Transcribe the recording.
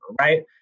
right